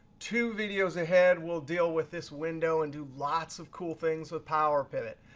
two videos ahead, we'll deal with this window and do lots of cool things with power pivot.